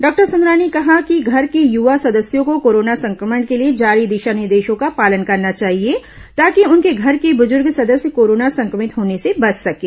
doctor Sundrani ने कहा कि घर के युवा सदस्यों को कोरोना संक्रमण के लिए जारी दिशा निर्देशों का पालन करना चाहिए ताकि उनके घर के बुजुर्ग सदस्य कोरोना संक्रमित होने से बच सकें